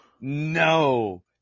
No